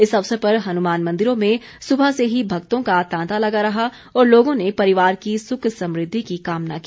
इस अवसर पर हनुमान मंदिरों में सुबह से ही भक्तों का तांता लगा रहा और लोगों ने परिवार की सुख समृद्धि की कामना की